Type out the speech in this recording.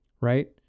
Right